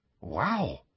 Wow